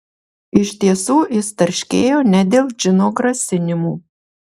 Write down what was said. iš tiesų jis tarškėjo ne dėl džino grasinimų